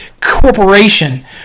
corporation